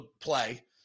play